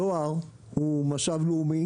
הדואר הוא משאב לאומי